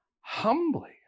humbly